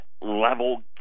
level